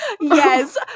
yes